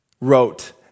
wrote